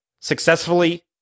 successfully